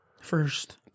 first